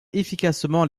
efficacement